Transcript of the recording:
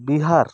Bihar